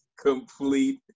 complete